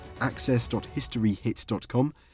access.historyhits.com